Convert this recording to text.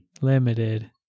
limited